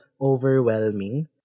overwhelming